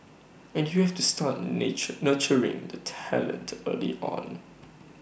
and you have to start nature nurturing the talent early on